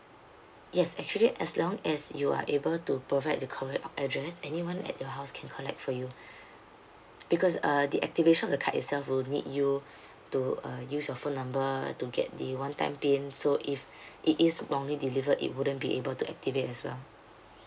yes actually as long as you are able to provide the correct address anyone at your house can collect for you because uh the activation of the card itself will need you to uh use your phone number to get the one time pin so if it is wrongly delivered it wouldn't be able to activate as well